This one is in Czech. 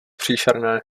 příšerné